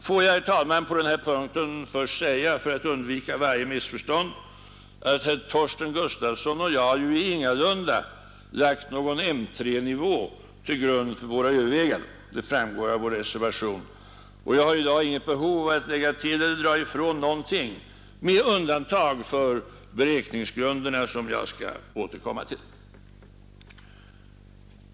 Får jag, herr talman, på denna punkt först säga för att undvika varje missförstånd att herr Gustafsson i Stenkyrka och jag ju ingalunda har lagt någon M 3-nivå till grund för våra överväganden. Det framgår av vår reservation, och jag har i dag inget behov av att lägga till eller dra ifrån någonting med undantag för beräkningsgrunderna, som jag skall återkomma till.